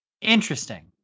Interesting